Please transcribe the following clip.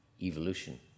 evolution